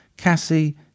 Cassie